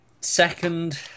Second